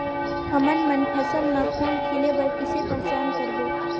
हमन मन फसल म फूल खिले बर किसे पहचान करबो?